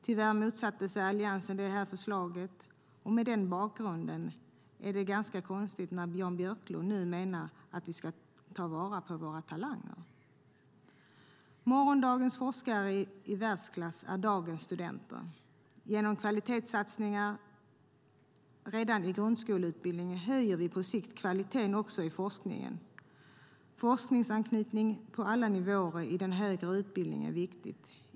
Tyvärr motsatte sig Alliansen det förslaget. Mot den bakgrunden är det ganska konstigt att Jan Björklund nu menar att vi ska ta vara på våra talanger. Morgondagens forskare i världsklass är dagens studenter. Genom kvalitetssatsningar redan i grundskoleutbildningen höjer vi på sikt kvaliteten också i forskningen. Forskningsanknytning på alla nivåer i den högre utbildningen är viktig.